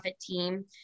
team